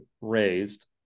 raised